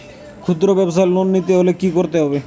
খুদ্রব্যাবসায় লোন নিতে হলে কি করতে হবে?